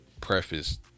preface